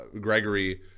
Gregory